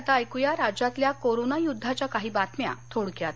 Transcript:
आता ऐक या राज्यातल्या कोरोना यद्वाच्या काही बातम्या थोडक्यात